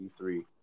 E3